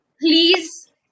please